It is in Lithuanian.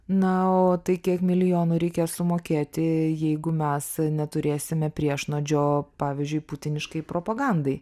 na o tai kiek milijonų reikia ir sumokėti jeigu mes neturėsime priešnuodžio pavyzdžiui putiniškai propagandai